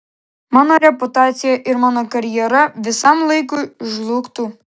mano reputacija ir mano karjera visam laikui žlugtų